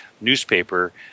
newspaper